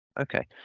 Okay